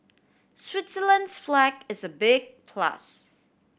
Switzerland's flag is a big plus